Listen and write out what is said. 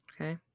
Okay